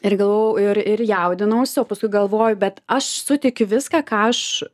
ir galvojau ir ir jaudinausi o paskui galvoju bet aš suteikiu viską ką aš